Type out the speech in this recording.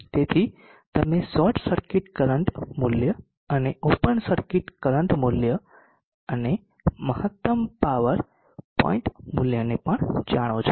તેથી તમે short circuit current મૂલ્ય અને ઓપન સર્કિટ કરંટ મૂલ્ય અને મહત્તમ પાવર પોઇન્ટ મૂલ્યને પણ જાણો છો